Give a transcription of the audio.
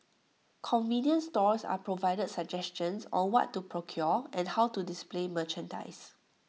convenience stores are provided suggestions on what to procure and how to display merchandise